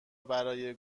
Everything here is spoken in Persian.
برای